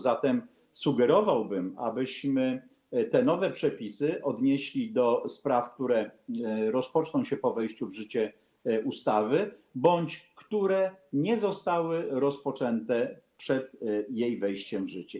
Zatem sugerowałbym, abyśmy te nowe przepisy odnieśli do spraw, które rozpoczną się po wejściu w życie ustawy bądź które nie zostały rozpoczęte przed jej wejściem w życie.